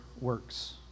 works